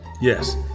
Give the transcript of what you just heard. Yes